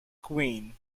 queen